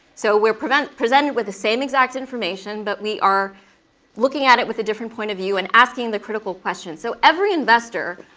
so we're presented presented with the same exact information but we are looking at it with a different point of view and asking the critical question. so every investor,